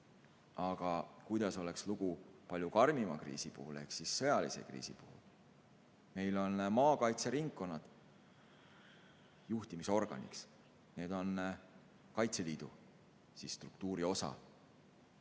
Aga kuidas oleks lugu palju karmima kriisi puhul ehk siis sõjalise kriisi puhul? Meil on maakaitseringkonnad juhtimisorganiks, need on Kaitseliidu struktuuri osa.